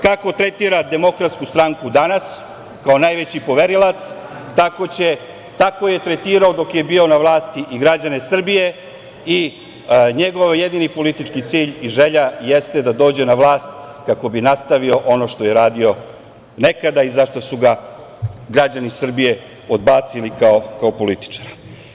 Kako tretira DS danas, kao najveći poverilac, tako je tretirao dok je bio na vlasti i građane Srbije i njegov jedini politički cilj i želja jeste da dođe na vlast kako bi nastavio ono što je radio nekada i za šta su ga građani Srbije odbacili kao političara.